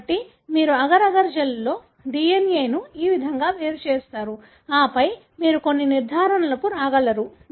కాబట్టి మీరు agar agar జెల్లో DNAను ఈ విధంగా వేరు చేస్తారు ఆపై మీరు కొన్ని నిర్ధారణలకు రాగలరు